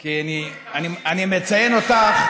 כי אני מציין אותך,